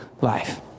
life